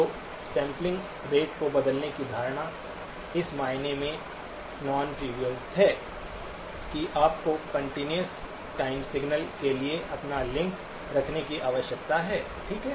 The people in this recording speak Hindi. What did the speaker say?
तो सैंपलिंग रेट को बदलने की धारणा इस मायने में नॉन त्रिविअल है कि आपको कंटीन्यूअस टाइम सिग्नल के लिए अपना लिंक रखने की आवश्यकता है ठीक है